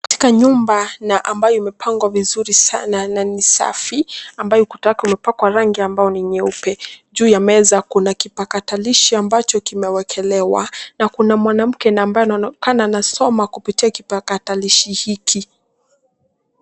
Katika nyumba na ambayo imepangwa vizuri sana na ni safi ambayo ukuta wake umepakwa rangi ambayo ni nyeupe. Juu ya meza kuna kipakatalishi ambacho kimewakelewa na kuna mwanamke ambaye anaonekana anasoma kupitia kipakatalishi hiki.